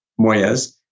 Moyes